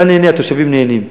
אתה נהנה, התושבים נהנים.